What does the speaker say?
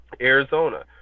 Arizona